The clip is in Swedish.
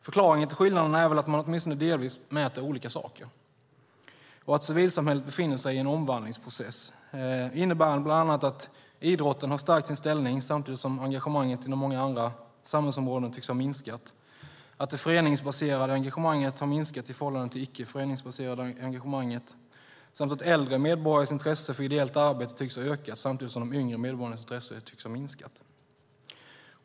Förklaringen till skillnaderna är väl att man åtminstone delvis mäter olika saker och att civilsamhället befinner sig i en omvandlingsprocess innebärande bland annat att idrotten har stärkt sin ställning samtidigt som engagemanget inom många andra samhällsområden tycks ha minskat, att det föreningsbaserade engagemanget har minskat i förhållande till det icke föreningsbaserade engagemanget samt att de äldre medborgarnas intresse för ideellt arbete tycks ha ökat samtidigt som de yngre medborgarnas intresse tycks ha minskat.